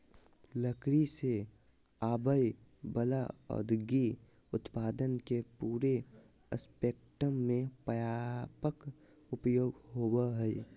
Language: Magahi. लकड़ी से आवय वला औद्योगिक उत्पादन के पूरे स्पेक्ट्रम में व्यापक उपयोग होबो हइ